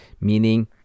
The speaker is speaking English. Meaning